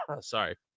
Sorry